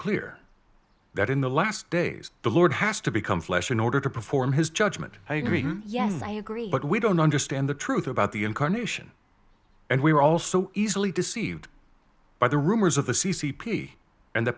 clear that in the last days the lord has to become flesh in order to perform his judgment i agree yes i agree but we don't understand the truth about the incarnation and we are also easily deceived by the rumors of the c c p and the